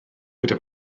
gyda